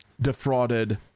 defrauded